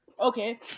Okay